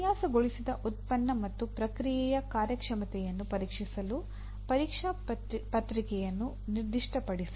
ವಿನ್ಯಾಸಗೊಳಿಸಿದ ಉತ್ಪನ್ನ ಮತ್ತು ಪ್ರಕ್ರಿಯೆಯ ಕಾರ್ಯಕ್ಷಮತೆಯನ್ನು ಪರೀಕ್ಷಿಸಲು ಪರೀಕ್ಷಾ ಪ್ರಕ್ರಿಯೆಯನ್ನು ನಿರ್ದಿಷ್ಟಪಡಿಸಿ